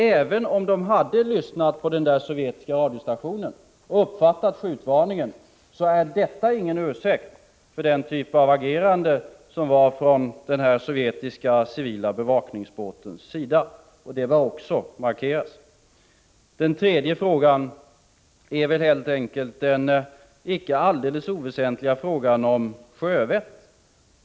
Även om de hade lyssnat på den aktuella ryska radiostationen och uppfattat skjutvarningen, utgör skjutvarningen ingen ursäkt för denna typ av agerande från den sovjetiska civila bevakningsbåtens sida. Även det bör markeras. För det tredje gäller det den icke helt oväsentliga frågan om sjövett.